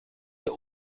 ihr